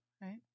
right